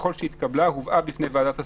ככל שהתקבלה, הובאה בפני ועדת השרים",